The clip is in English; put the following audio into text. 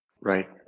right